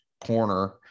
corner